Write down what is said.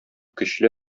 көчле